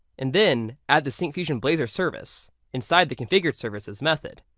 and then add the syncfusion blazor service inside the configure services method.